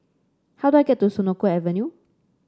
how do I get to Senoko Avenue